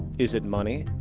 is it money?